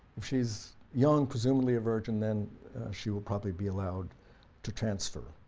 if she's young, presumably a virgin, then she will probably be allowed to transfer.